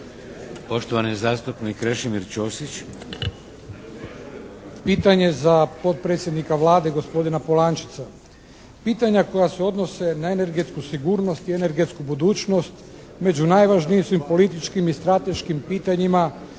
Čosić. **Ćosić, Krešimir (HDZ)** Pitanje za potpredsjednika Vlade gospodina Polančeca. Pitanja koja se odnose na energetsku sigurnost i energetsku budućnost među najvažnijim su političkim i strateškim pitanjima